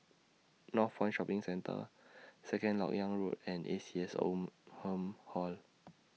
Northpoint Shopping Centre Second Lok Yang Road and A C S Oldham Hall